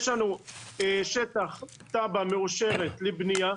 יש לנו שטח תב"ע מאושרת לבנייה,